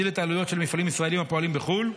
את העלויות של מפעלים ישראליים הפועלים בחו"ל,